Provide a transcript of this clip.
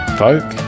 folk